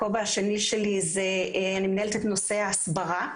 בכובע השני שלי אני מנהלת את נושא ההסברה.